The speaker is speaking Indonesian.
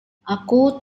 aku